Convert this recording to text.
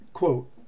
Quote